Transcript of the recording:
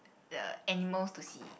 the animals to see